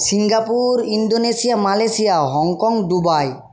Singapore Indonesia Malaysia Hong Kong Dubai